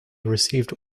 received